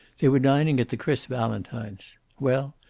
they were dining at the chris valentines. well,